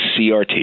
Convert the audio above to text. CRT